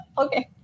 okay